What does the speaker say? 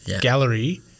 gallery